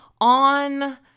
On